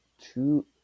two